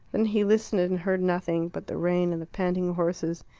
then he listened, and heard nothing but the rain and the panting horses,